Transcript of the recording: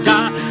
God